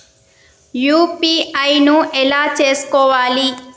UPI ను ఎలా చేస్కోవాలి?